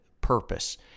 purpose